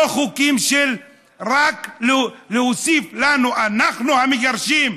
לא חוקים של רק להוסיף לנו: אנחנו המגרשים,